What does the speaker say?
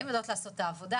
הן יודעות לעשות את העבודה.